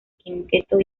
quinteto